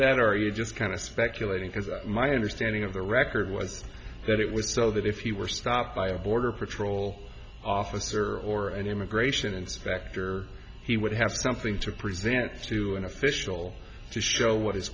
that are you just kind of speculating because my understanding of the record was that it was so that if you were stopped by a border patrol officer or an immigration inspector he would have something to present to an official to show what his